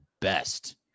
best